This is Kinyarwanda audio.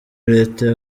leta